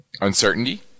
uncertainty